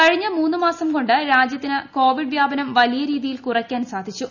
കഴിഞ്ഞ മൂന്ന് മാസം കൊണ്ട് രാജ്യത്തിന് കോവിഡ് വ്യാപനം വലിയ രീതിയിൽ കുറയ്ക്കാൻ സാധിച്ചു